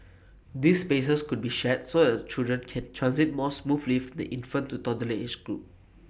these spaces could be shared so that the children can transit more smoothly from the infant to toddler age group